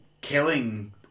killing